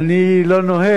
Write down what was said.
אני לא נוהג,